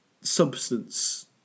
substance